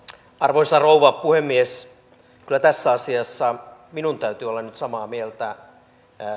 arvoisa rouva puhemies kyllä tässä asiassa minun täytyy olla nyt samaa mieltä